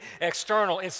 external